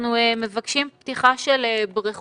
אנחנו מבקשים פתיחה של בריכות